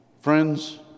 Friends